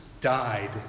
died